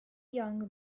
young